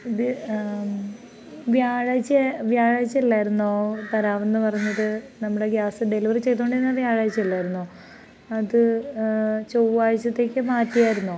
ഇത് വ്യാഴാഴ്ച്ച വ്യാഴാഴ്ച്ച അല്ലായിരുന്നോ തരാമെന്ന് പറഞ്ഞത് നമ്മുടെ ഗ്യാസ് ഡെലിവറി ചെയ്തു കൊണ്ടിരുന്നത് വ്യാഴാഴ്ച ഇല്ലായിരുന്നോ അത് ചൊവ്വാഴ്ച്ചത്തേക്ക് മാറ്റി ആയിരുന്നോ